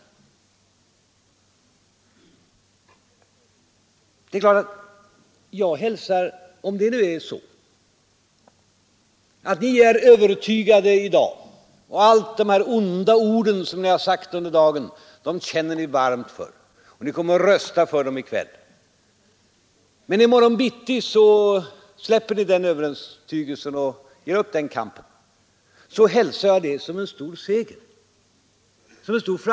24 maj 1973 Om det nu är så att ni i dag är övertygade — att ni känner varmt för Allmänna pensionsalla de onda ord ni sagt under dagen och kommer att rösta i enlighet med fondens förvaltning, dem i kväll — men i morgon bitti går ifrån den övertygelsen och ger upp m.m. kampen, så hälsar jag det som en stor framgång.